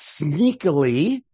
sneakily